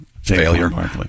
failure